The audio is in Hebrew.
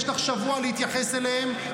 יש לך שבוע להתייחס אליהם,